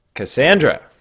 Cassandra